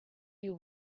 you